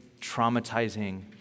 traumatizing